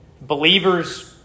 believers